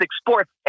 sports